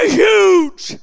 huge